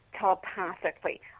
telepathically